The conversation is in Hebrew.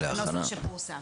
הנוסח שפורסם.